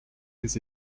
les